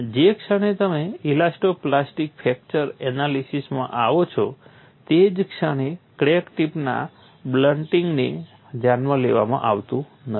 જે ક્ષણે તમે ઇલાસ્ટો પ્લાસ્ટિક ફ્રેક્ચર એનાલિસીસમાં આવો છો તે જ ક્ષણે ક્રેક ટિપના બ્લન્ટિંગને ધ્યાનમાં લેવામાં આવતું નથી